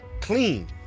clean